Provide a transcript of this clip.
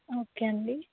okay అండి